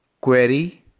query